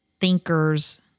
thinkers